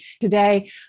Today